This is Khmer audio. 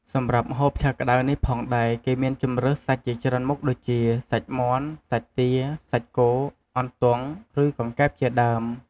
សម្រាប់ម្ហូបឆាក្តៅនេះផងដែរគេមានជម្រើសសាច់ជាច្រើនមុខដូចជា សាច់មាន់ សាច់ទា សាច់គោ អន្ទង់ ឬ កង្កែប ជាដើម។